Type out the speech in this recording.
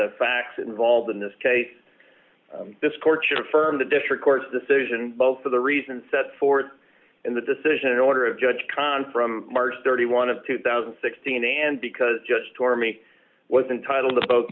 the facts involved in this case this court your firm the district court's decision both for the reasons set forth in the decision order of judge conn from march thirty one of two thousand and sixteen and because judge two army was entitled to both